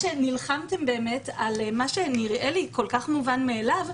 נלחמתם באמת על מה שנראה לי כל כך מובן מאליו,